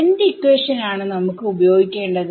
എന്ത് ഇക്വേഷൻ ആണ് നമുക്ക് ഉപയോഗിക്കേണ്ടത്